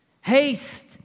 Haste